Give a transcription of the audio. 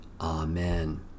Amen